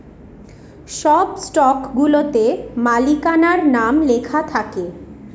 সব স্টকগুলাতে মালিকানার নাম লেখা থাকে